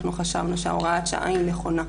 אנחנו חשבנו שהוראת השעה היא נכונה.